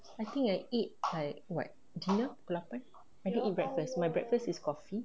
I think I eat like what dinner pukul lapan I didn't eat breakfast my breakfast is coffee